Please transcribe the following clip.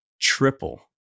Triple